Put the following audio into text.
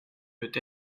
peut